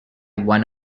one